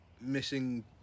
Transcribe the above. missing